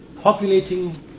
Populating